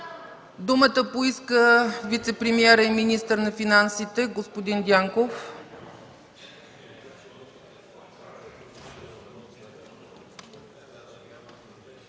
Думата поиска вицепремиерът и министър на финансите господин Дянков.